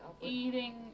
eating